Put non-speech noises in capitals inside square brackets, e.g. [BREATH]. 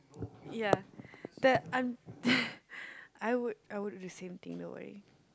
ya the I'm [BREATH] I would I would do the same thing don't worry